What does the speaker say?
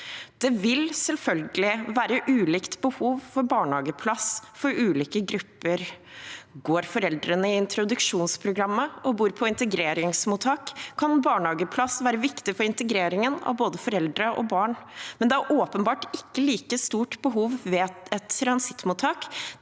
Det vil selvfølgelig være ulikt behov for barnehageplass for ulike grupper. Går foreldrene i introduksjonsprogrammet og bor på integreringsmottak, kan barnehageplass være viktig for integreringen av både foreldre og barn, men det er åpenbart ikke like stort behov ved et transittmottak.